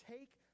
Take